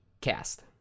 cast